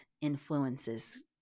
influences